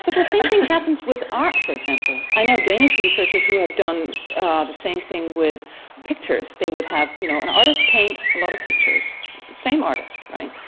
but the same thing happens with art, for example. i know danish researchers who have done ah the same thing with pictures. they would have you know an artist paint a lot of pictures, the same artist, right,